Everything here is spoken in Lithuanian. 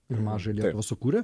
ir mažąją lietuvą sukūrė